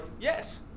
Yes